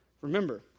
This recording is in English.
Remember